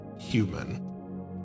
human